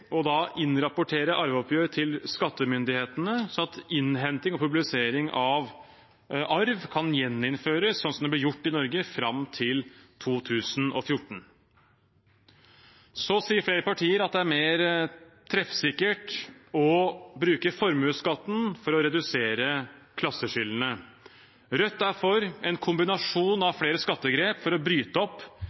innrapportere arveoppgjør til skattemyndighetene, slik at innhenting og publisering av statistikk over mottatt arv kan gjeninnføres slik det ble gjort i Norge fram til 2014». Flere partier sier at det er mer treffsikkert å bruke formuesskatten til å redusere klasseskillene. Rødt er for en kombinasjon av flere skattegrep for å bryte opp